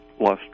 lost